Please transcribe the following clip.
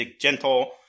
gentle